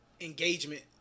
engagement